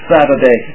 Saturday